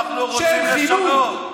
שירי,